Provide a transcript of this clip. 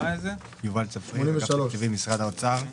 יובל צפריר, אגף תקציבים, משרד האוצר.